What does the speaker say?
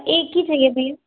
एक ही चाहिए भैया